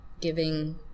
giving